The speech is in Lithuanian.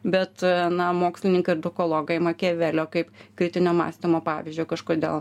bet na mokslininkai edukologai makiavelio kaip kritinio mąstymo pavyzdžio kažkodėl